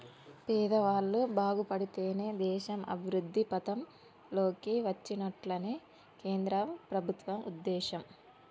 పేదవాళ్ళు బాగుపడితేనే దేశం అభివృద్ధి పథం లోకి వచ్చినట్లని కేంద్ర ప్రభుత్వం ఉద్దేశం